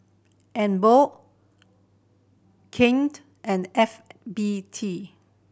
Emborg Knight and F B T